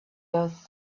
those